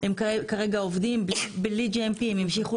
הם כרגע עובדים בלי GMP. הם ימשיכו